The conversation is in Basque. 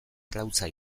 arrautza